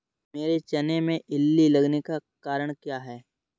मेरे चने में इल्ली लगने का कारण क्या है?